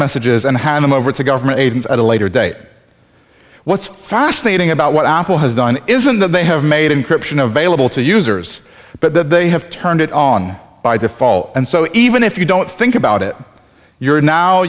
messages and hand them over to government agents at a later date what's fascinating about what apple has done isn't that they have made encryption available to users but that they have turned it on by default and so even if you don't think about it you're now